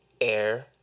air